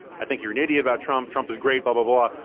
i think you're an idiot about trump. trump is great, but blah,